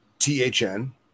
THN